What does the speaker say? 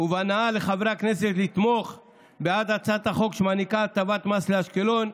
ובהנאה לחברי הכנסת לתמוך בעד הצעת החוק שמעניקה הטבת מס לאשקלון,